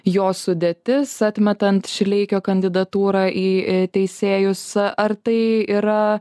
jos sudėtis atmetant šileikio kandidatūrą į teisėjus ar tai yra